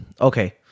okay